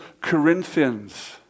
Corinthians